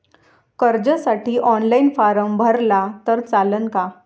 कर्जसाठी online form भरला तर चालन का?